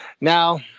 now